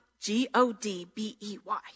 G-O-D-B-E-Y